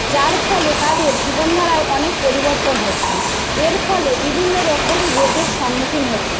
যার ফলে তাদের জীবনধারাও অনেক পরিবর্তন হচ্ছে এর ফলে বিভিন্ন রকম রোগের সম্মুখীন হচ্ছে